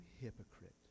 hypocrite